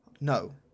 No